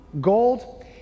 gold